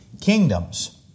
kingdoms